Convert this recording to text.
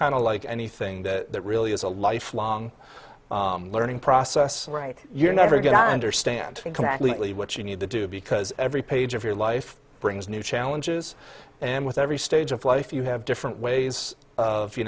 of like anything that really is a lifelong learning process right you're never going to understand completely what you need to do because every page of your life brings new challenges and with every stage of life you have different ways of you